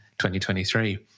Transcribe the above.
2023